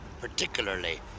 particularly